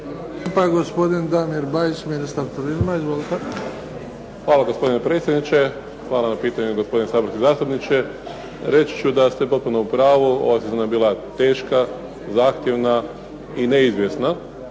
Hvala gospodine predsjedniče. Hvala vam na pitanju gospodine saborski zastupniče. Reći ću da ste potpuno u pravu. Ova godina je bila teška, zahtjevna i neizvjesna